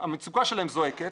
המצוקה שלהם זועקת,